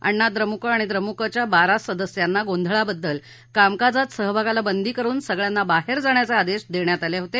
अण्णा द्रमुक आणि द्रमुकच्या बारा सदस्यांना गोंधळाबद्दल कामकाजात सहभागाला बंदी करुन सगळयांना बाहेर जाण्याचे आदेश देण्यात आले होते